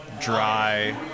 dry